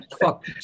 Fuck